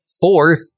fourth